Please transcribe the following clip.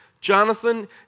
Jonathan